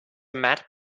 matte